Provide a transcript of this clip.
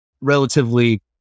relatively